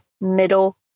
Middle